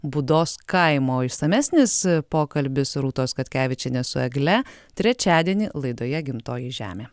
būdos kaimo išsamesnis pokalbis rūtos katkevičienės su egle trečiadienį laidoje gimtoji žemė